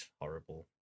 horrible